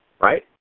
right